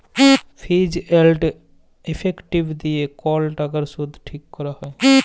ফিজ এল্ড ইফেক্টিভ দিঁয়ে কল টাকার সুদ ঠিক ক্যরা হ্যয়